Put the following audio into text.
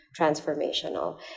transformational